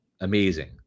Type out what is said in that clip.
amazing